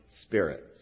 spirits